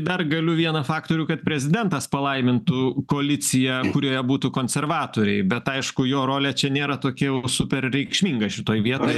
dar galiu vieną faktorių kad prezidentas palaimintų koaliciją kurioje būtų konservatoriai bet aišku jo rolė čia nėra tokia jau super reikšminga šitoj vietoj